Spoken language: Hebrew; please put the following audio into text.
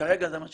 כרגע זה מה שזה.